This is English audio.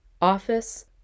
office